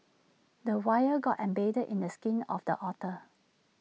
the wire got embedded in the skin of the otter